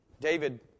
David